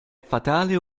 fatale